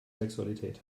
sexualität